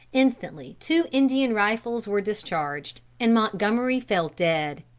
instantly two indian rifles were discharged, and montgomery fell dead.